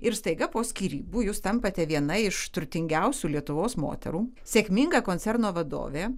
ir staiga po skyrybų jūs tampate viena iš turtingiausių lietuvos moterų sėkminga koncerno vadovė